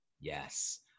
Yes